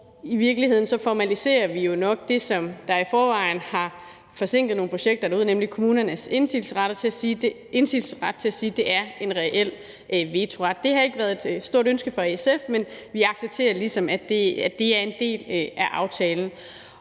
i virkeligheden formaliserer vi jo nok det, som der i forvejen har forsinket nogle projekter derude, nemlig kommunernes indsigelsesret til at sige, at det er en reel vetoret. Det har ikke været et stort ønske fra SF, men vi accepterer ligesom, at det er en del af aftalen.